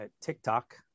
TikTok